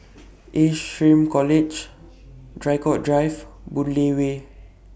Ace Shrm College Draycott Drive Boon Lay Way